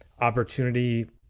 opportunity